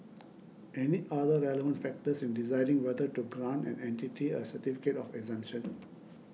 any other relevant factors in deciding whether to grant an entity a certificate of exemption